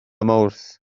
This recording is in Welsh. mawrth